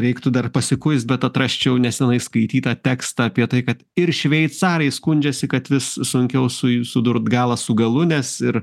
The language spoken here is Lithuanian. reiktų dar pasikuist bet atrasčiau neseniai skaitytą tekstą apie tai kad ir šveicarai skundžiasi kad vis sunkiau sudurtigalą su galu nes ir